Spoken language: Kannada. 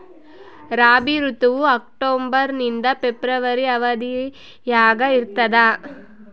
ರಾಬಿ ಋತುವು ಅಕ್ಟೋಬರ್ ನಿಂದ ಫೆಬ್ರವರಿ ಅವಧಿಯಾಗ ಇರ್ತದ